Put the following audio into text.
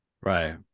Right